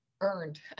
earned